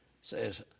says